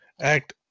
act